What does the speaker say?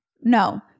No